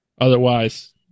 Otherwise